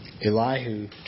Elihu